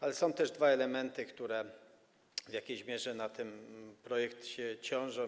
Ale są też dwa elementy, które w jakiejś mierze na tym projekcie ciążą.